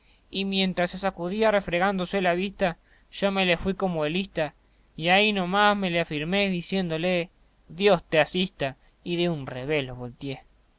y mientras se sacudía refregándose la vista yo me le fui como lista y ahi no más me le afirmé diciéndole dios te asista y de un revés lo voltié